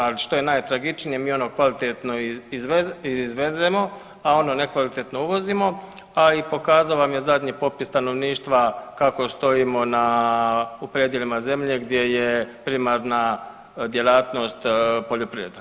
Ali što je najtragičnije mi ono kvalitetno izvezemo, a ono nekvalitetno uvozimo, a i pokazao vam je zadnji popis stanovništva kako stojimo u predjelima zemlje gdje je primarna djelatnost poljoprivreda.